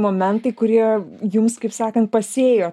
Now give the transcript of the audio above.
momentai kurie jums kaip sakant pasėjo